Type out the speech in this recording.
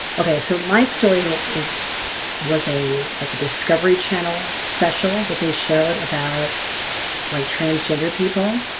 okay so my story is was a like a discovery channel special that they showed about like transgender people.